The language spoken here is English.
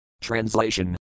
Translation